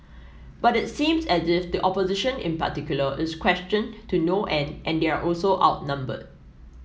but it seems as if the opposition in particular is questioned to no end and they're also outnumbered